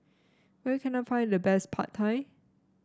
where can I find the best Pad Thai